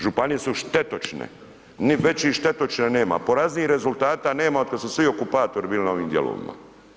Županije su štetočine, većih štetočina nema, poraznijih rezultata nema od kada su svi okupatori bili na ovim dijelovima.